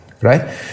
right